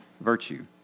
virtue